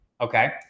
okay